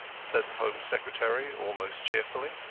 said the home secretary, almost cheerfully.